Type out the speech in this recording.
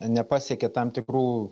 nepasiekia tam tikrų